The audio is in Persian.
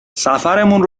سفرمون